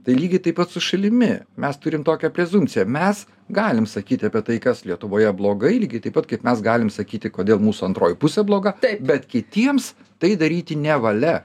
tai lygiai taip pat su šalimi mes turim tokią prezumpciją mes galim sakyti apie tai kas lietuvoje blogai lygiai taip pat kaip mes galim sakyti kodėl mūsų antroji pusė bloga bet kitiems tai daryti nevalia